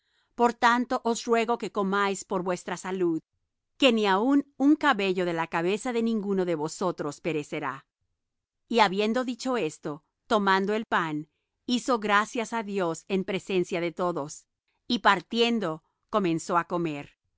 por tanto os ruego que comáis por vuestra salud que ni aun un cabello de la cabeza de ninguno de vosotros perecerá y habiendo dicho esto tomando el pan hizo gracias á dios en presencia de todos y partiendo comenzó á comer